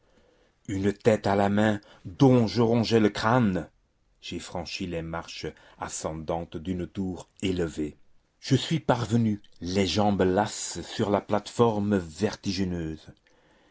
une tête à la main dont je rongeais le crâne j'ai franchi les marches ascendantes d'une tour élevée je suis parvenu les jambes lasses sur la plate-forme vertigineuse